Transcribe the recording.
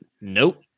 Nope